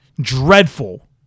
dreadful